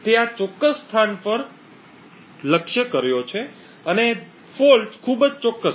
તે આ વિશિષ્ટ સ્થાન પર લક્ષ્ય કર્યો છે અને દોષ ખૂબ જ ચોક્કસ છે